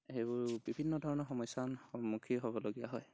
সেইবোৰ বিভিন্নধৰণৰ সমস্য়াৰ সন্মুখীন হ'বলগীয়া হয়